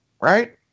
right